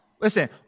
Listen